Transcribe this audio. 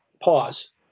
pause